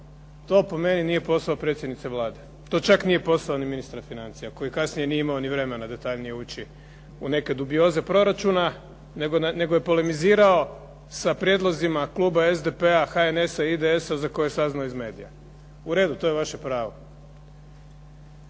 To po meni nije posao predsjednice Vlade. To čak nije posao ni ministra financija koji kasnije nije imao ni vremena detaljnije ući u neke dubioze proračuna nego je polemizirao sa prijedlozima kluba SDP-a, HNS-a, IDS-a za koje je saznao iz medija. Pitao